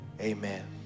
amen